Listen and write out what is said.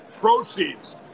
proceeds